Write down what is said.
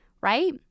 right